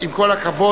עם כל הכבוד,